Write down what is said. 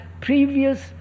previous